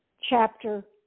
chapter